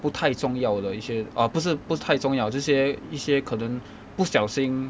不太重要的一些 orh 不是不太重要一些一些可能不小心